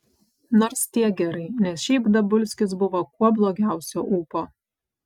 nors tiek gerai nes šiaip dabulskis buvo kuo blogiausio ūpo